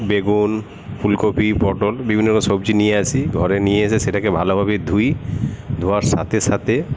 বেগুন ফুলকপি পটল বিভিন্নরকম সবজি নিয়ে আসি ঘরে নিয়ে এসে সেটাকে ভালোভাবে ধুই ধোয়ার সাথে সাথে